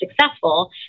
successful